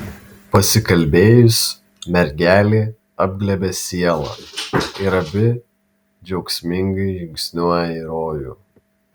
pasikalbėjus mergelė apglėbia sielą ir abi džiaugsmingai žingsniuoja į rojų